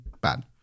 bad